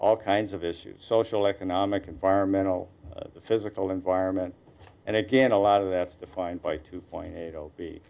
all kinds of issues social economic environmental physical environment and again a lot of that is defined by two point eight